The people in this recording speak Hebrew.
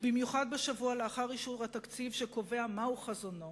במיוחד שבוע לאחר אישור התקציב, שקובע מהו חזונו